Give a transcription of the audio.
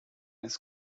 his